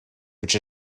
which